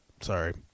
sorry